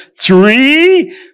three